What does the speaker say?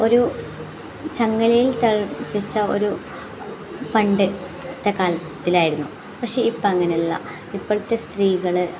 ഒരു ചങ്ങലയിൽ പിരിച്ച ഒരു പണ്ടത്തെ കാലത്തിലായിരുന്നു പക്ഷേ ഇപ്പം അങ്ങനെ അല്ല ഇപ്പോഴത്തെ സ്ത്രീകൾ